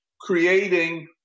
creating